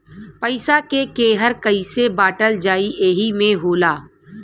पइसा के केहर कइसे बाँटल जाइ एही मे होला